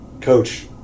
Coach